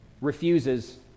refuses